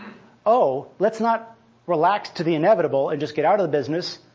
oh, let's not relaxed to the inevitable and just get out of the business.